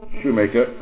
shoemaker